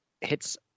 hits